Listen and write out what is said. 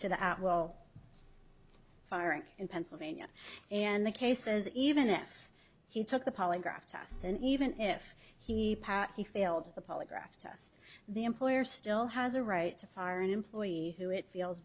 to the at will firing in pennsylvania and the cases even if he took the polygraph test and even if he he failed the polygraph test the employer still has a right to fire an employee who it feels